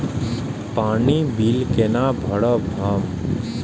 पानी बील केना भरब हम?